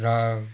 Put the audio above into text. र